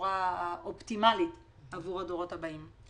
בצורה האופטימלית עבור הדורות הבאים.